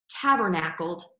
tabernacled